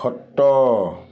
ଖଟ